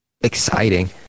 exciting